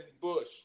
Bush